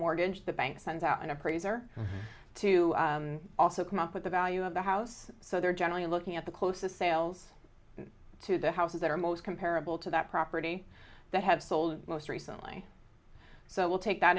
mortgage the bank sends out an appraiser to also come up with the value of the house so they're generally looking at the closest sales to the houses that are most comparable to that property that have sold most recently so we'll take that